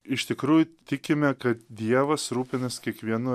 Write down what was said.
iš tikrųjų tikime kad dievas rūpinas kiekvienu